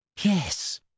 Yes